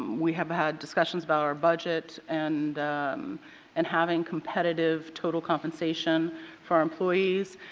we have had discussions about our budget and and having competitive total compensation for our employees.